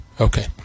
okay